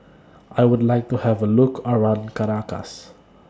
I Would like to Have A Look around Caracas